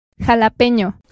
Jalapeño